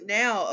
now